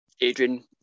Adrian